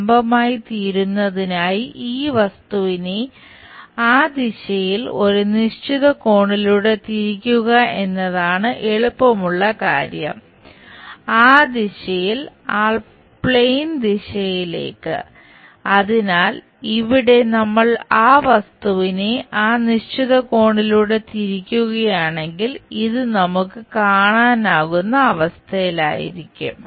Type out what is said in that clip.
അതിനാൽ ഇവിടെ നമ്മൾ ആ വസ്തുവിനെ ആ നിശ്ചിത കോണിലൂടെ തിരിക്കുകയാണെങ്കിൽ ഇത് നമുക്ക് കാണാനാകുന്ന അവസ്ഥയിലായിരിക്കും